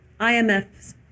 IMF's